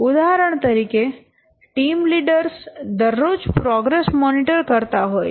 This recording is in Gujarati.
ઉદાહરણ તરીકે ટીમ લીડર્સ દરરોજ પ્રોગ્રેસ મોનીટર કરતા હોય છે